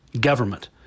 government